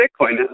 Bitcoin